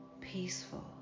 Peaceful